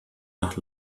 nach